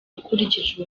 ukurikije